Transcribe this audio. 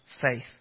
faith